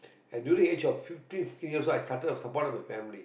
and during the age of fifty three years old I started a support of a family